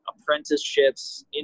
apprenticeships